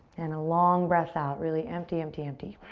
and a long breath out. really empty, empty, empty.